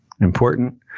important